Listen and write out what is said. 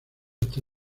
hasta